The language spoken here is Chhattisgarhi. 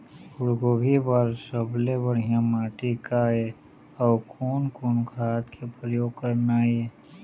फूलगोभी बर सबले बढ़िया माटी का ये? अउ कोन कोन खाद के प्रयोग करना ये?